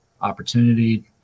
opportunity